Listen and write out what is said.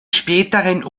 späteren